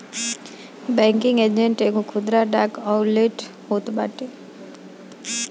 banking agent एगो खुदरा डाक आउटलेट होत बाटे